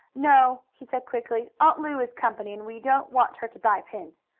no, he said quickly, aunt lu is company, and we don't want her to buy pins.